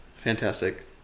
fantastic